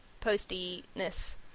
postiness